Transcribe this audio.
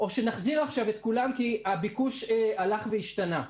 או "שנחזיר עכשיו את כולם" כי הביקוש הלך והשתנה.